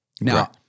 Now